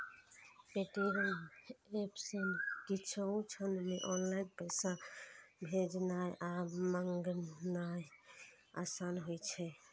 Paytm app सं किछुए क्षण मे ऑनलाइन पैसा भेजनाय आ मंगेनाय आसान होइ छै